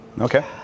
Okay